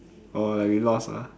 orh like we lost ah